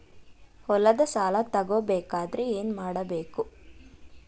ಹೊಲದ ಸಾಲ ತಗೋಬೇಕಾದ್ರೆ ಏನ್ಮಾಡಬೇಕು?